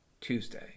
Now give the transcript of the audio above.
Tuesday